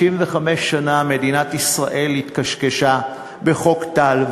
65 שנה מדינת ישראל התקשקשה בחוק טל,